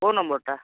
କେଉଁ ନମ୍ବରଟା